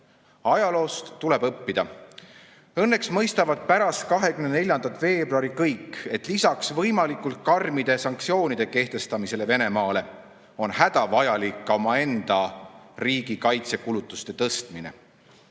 Ajaloost tuleb õppida. Õnneks mõistavad pärast 24. veebruari kõik, et lisaks võimalikult karmide sanktsioonide kehtestamisele Venemaa vastu on hädavajalik ka omaenda riigi kaitsekulutusi tõsta.